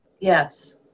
Yes